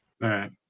right